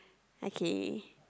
okay